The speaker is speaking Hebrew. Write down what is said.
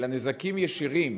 אלא נזקים ישירים